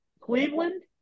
Cleveland